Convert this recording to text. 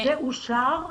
וזה אושר?